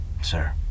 sir